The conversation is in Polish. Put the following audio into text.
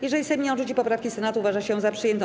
Jeżeli Sejm nie odrzuci poprawki Senatu, uważa się ją za przyjętą.